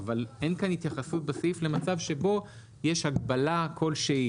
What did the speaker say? אין כאן התייחסות בסעיף למצב שבו יש הגבלה כלשהי